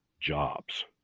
jobs